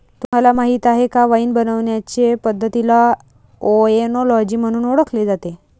तुम्हाला माहीत आहे का वाइन बनवण्याचे पद्धतीला ओएनोलॉजी म्हणून ओळखले जाते